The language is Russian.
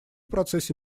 процессе